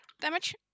damage